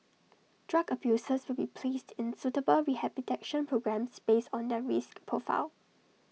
drug abusers will be placed in suitable rehabilitation programmes based on their risk profile